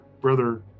brother